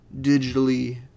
Digitally